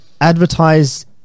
advertise